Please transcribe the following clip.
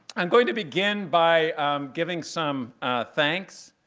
i'm going to begin by giving some thanks.